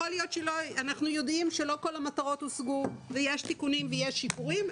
אנחנו יודעים שלא כל המטרות הושגו ויש תיקונים ושיפורים.